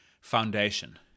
foundation